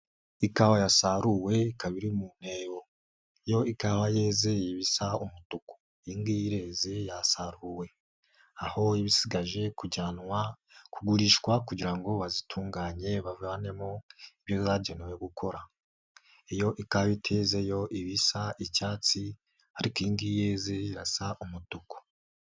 Ikawa yasaruwe ikaba iri mu ntebo, iyo ikawa yeze iba isa umutuku iyi ngiyi ireze yasaruwe aho iba isigaje kujyanwa kugurishwa kugira ngo bazitunganye bavanemo ibyo zagenewe gukora. Iyo ikawa iteze yo iba isa icyatsi ariko iyi ngiyi yeze yo irasa umutuku.